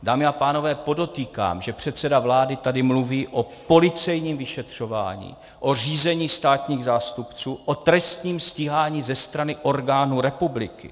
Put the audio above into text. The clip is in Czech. Dámy a pánové, podotýkám, že předseda vlády tady mluví o policejním vyšetřování, o řízení státních zástupců, o trestním stíhání ze strany orgánů republiky.